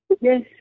Yes